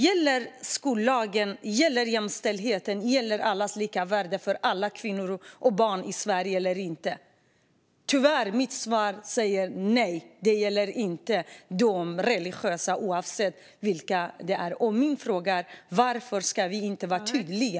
Gäller skollagen, gäller jämställdheten, gäller allas lika värde för alla kvinnor och barn i Sverige eller inte? Mitt svar är tyvärr nej, de gäller inte för de religiösa, oavsett vilka de är. Min fråga är: Varför ska vi inte vara tydliga?